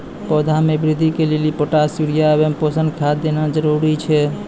पौधा मे बृद्धि के लेली पोटास यूरिया एवं पोषण खाद देना जरूरी छै?